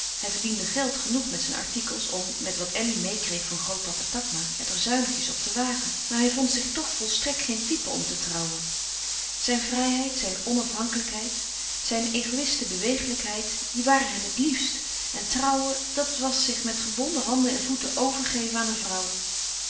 hij verdiende geld genoeg met zijn artikels om met wat elly meêkreeg van grootpapa takma het er zuinigjes op te wagen maar hij vond zich toch volstrekt geen type om te trouwen zijn vrijheid zijn onafhankelijkheid zijn egoïste bewegelijkheid die waren hem het liefst en trouwen dat was zich met gebonden handen en voeten overgeven aan een vrouw